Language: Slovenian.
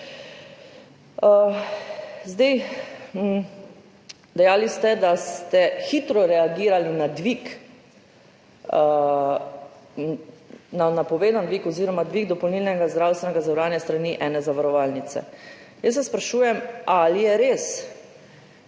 Dejali ste, da ste hitro reagirali na dvig, na napovedani dvig oziroma dvig dopolnilnega zdravstvenega zavarovanja s strani ene zavarovalnice. Jaz se sprašujem, ali je res,